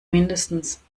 mindestens